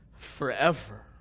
Forever